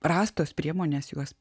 rastos priemonės juos